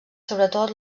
sobretot